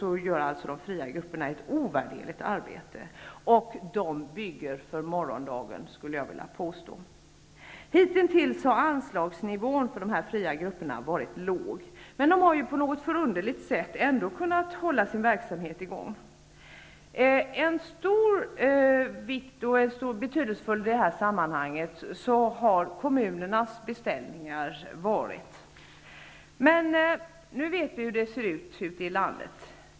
Jag påstår att de bygger för morgondagen. Hitintills har anslagsnivån för de fria grupperna varit låg. Men de har på något förunderligt sätt ändå kunnat hålla verksamheten i gång. Kommunernas beställningar har varit betydelsefulla i det här sammanhanget. Men nu vet vi hur det ser ut ute i landet.